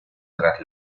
tras